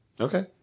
okay